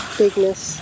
bigness